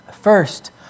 First